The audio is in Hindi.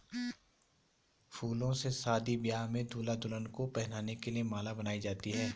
फूलों से शादी ब्याह में दूल्हा दुल्हन को पहनाने के लिए माला बनाई जाती है